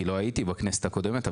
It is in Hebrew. כי לא הייתי בכנסת הקודמת,